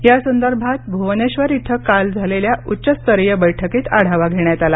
यासंदर्भात भुवनेश्वर इथं काल झालेल्या उच्चस्तरीय बैठकीत आढावा घेण्यात आला